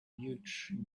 huge